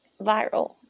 viral